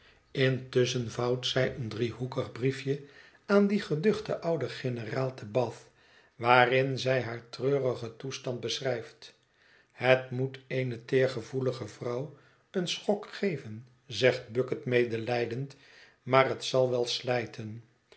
intusschen vouwt zij een driehoekig briefje aan dien geduchten ouden generaal te bath waarin zij haar treurigén toestand beschrijft het moet eene teergevoelige vrouw een schok geven zegt bucket medelijdend maar het zal wel slijten